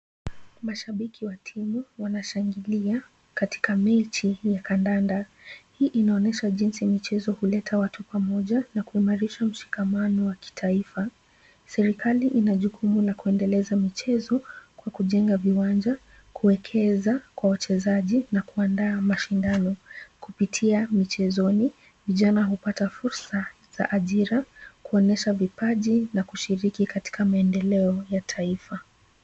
Mashabiki wa timu wanashangilia katika mechi ya kandanda. Hii inaonyesha jinsi michezo huleta watu pamoja na kuimarisha mshikamano wa kitaifa. Serikali ina jukumu la kuendeleza michezo kwa kujenga viwanja, kuekeza kwa wachezaji na kuandaa mashindano kupitia michezoni. Vijana hupata fursa za ajira, kuonyesha vipaji na kushiriki katika maendeleo ya taifa.